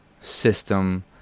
system